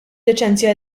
liċenzja